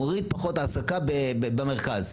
מוריד פחות העסקה במרכז,